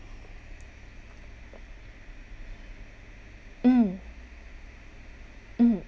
mm mm